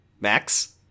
Max